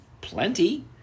plenty